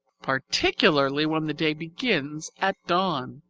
particularly when the day begins at dawn.